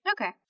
Okay